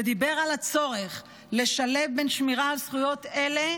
ודיבר על הצורך לשלב בין שמירה על זכויות אלה